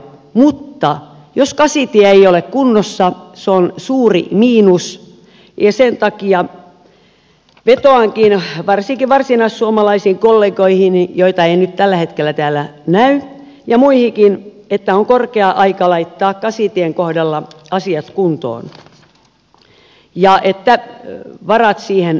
mutta jos kasitie ei ole kunnossa se on suuri miinus ja sen takia vetoankin varsinkin varsinaissuomalaisiin kollegoihini joita ei nyt tällä hetkellä täällä näy ja muihinkin että on korkea aika laittaa kasitien kohdalla asiat kuntoon ja että varat siihen löytyvät